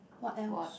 what else